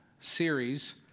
series